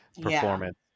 performance